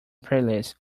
playlists